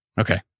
Okay